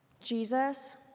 Jesus